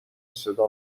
صدا